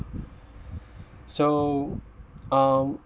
so um